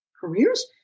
careers